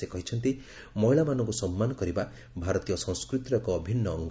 ସେ କହିଛନ୍ତି ମହିଳାମାନଙ୍କୁ ସମ୍ମାନ କରିବା ଭାରତୀୟ ସଂସ୍କୃତିର ଏକ ଅଭିନ୍ନ ଅଙ୍ଗ